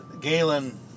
Galen